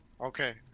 Okay